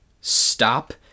stop